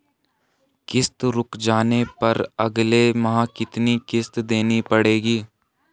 किश्त रुक जाने पर अगले माह कितनी किश्त देनी पड़ेगी?